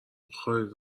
بخاری